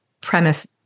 premise